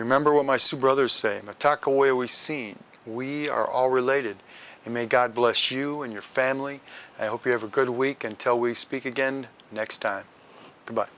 remember when my sue brothers same attack away we seen we are all related and may god bless you and your family i hope you have a good week until we speak again next time about